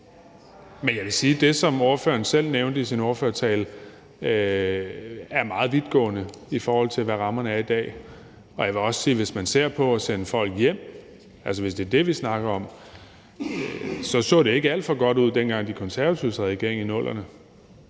Men jeg vil sige, at det, som ordføreren selv nævnte i sin ordførertale, er meget vidtgående, i forhold til hvad rammerne er i dag. Jeg vil også sige, at hvis man ser på det at sende folk hjem, hvis det er det, vi snakker om, så så det ikke alt for godt ud, dengang Konservative sad i regering i 00'erne.